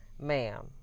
Ma'am